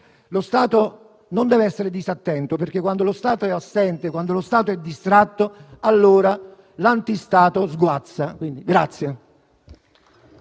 lo Stato non deve essere disattento, perché quando lo Stato è assente, quando è distratto, ecco che l'anti-Stato sguazza.